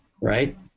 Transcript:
right